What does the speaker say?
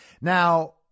Now